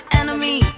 enemy